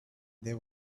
there